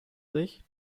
sich